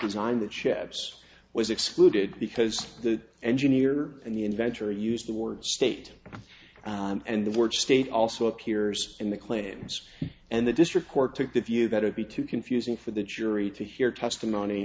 designed the chips was excluded because the engineer and the inventor used the word state and the word state also appears in the claims and the district court took the view that it be too confusing for the jury to hear testimony